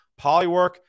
Polywork